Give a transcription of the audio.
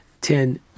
ten